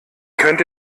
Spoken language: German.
könnt